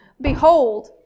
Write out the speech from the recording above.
Behold